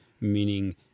meaning